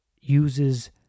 uses